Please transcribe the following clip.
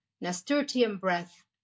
nasturtium-breath